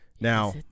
Now